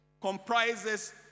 comprises